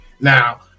Now